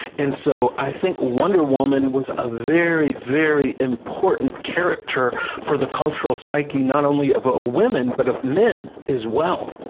and so i think wonder woman was a very, very important character for the cultural psyche, not only of ah of women but of men as well.